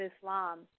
Islam